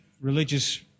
religious